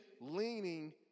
leaning